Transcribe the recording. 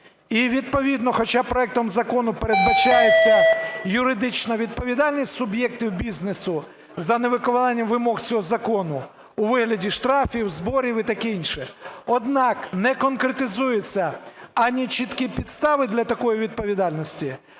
І відповідно, хоча проектом закону передбачається юридична відповідальність суб'єктів бізнесу за невиконання вимог цього закону у вигляді штрафів, зборів і таке інше, однак не конкретизуються ані чіткі підстави для такої відповідальності,